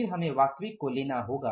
फिर हमें वास्तविक को लेना होगा